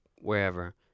wherever